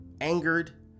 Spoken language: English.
angered